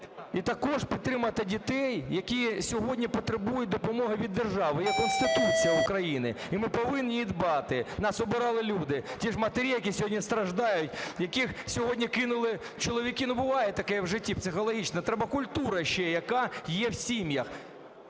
І також підтримати дітей, які сьогодні потребують допомоги від держави. Є Конституція України, і ми повинні її дбати. Нас обирали люди, ті ж матері, які сьогодні страждають, яких сьогодні кинули чоловіки, буває таке в житті, психологічно. Треба культура ще, яка є в сім'ях.